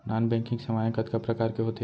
non banking सेवाएं कतका प्रकार के होथे